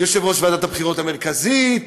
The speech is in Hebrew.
יושב-ראש ועדת הבחירות המרכזית,